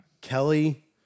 Kelly